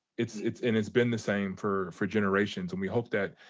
it's it's and it's been the same for for generations. and we hope that,